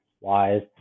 wise